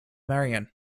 marion